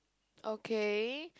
okay